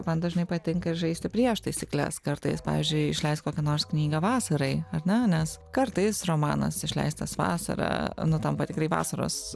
man dažnai patinka ir žaisti prieš taisykles kartais pavyzdžiui išleist kokią nors knygą vasarai ar ne nes kartais romanas išleistas vasarą nu tampa tikrai vasaros